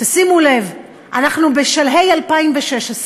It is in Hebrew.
תשימו לב, אנחנו בשלהי 2016,